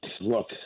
Look